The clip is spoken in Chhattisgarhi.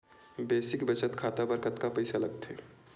बेसिक बचत खाता बर कतका पईसा लगथे?